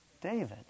David